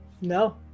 No